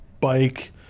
bike